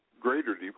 greater